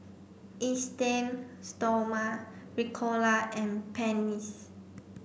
Esteem Stoma Ricola and Pansy